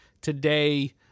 today